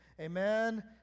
Amen